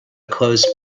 clothes